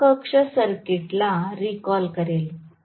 समकक्ष सर्किट ला रिकॉल करेल